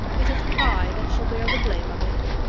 it is i that shall bear the blame of it.